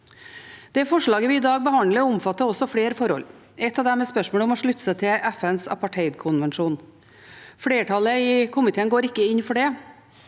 Det forslaget vi i dag behandler, omfatter også flere forhold. Ett av dem er spørsmålet om å slutte seg til FNs apartheidkonvensjon. Flertallet i komiteen går ikke inn for det,